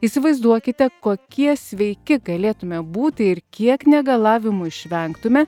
įsivaizduokite kokie sveiki galėtume būti ir kiek negalavimų išvengtume